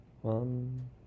one